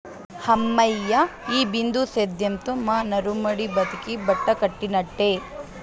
హమ్మయ్య, ఈ బిందు సేద్యంతో మా నారుమడి బతికి బట్టకట్టినట్టే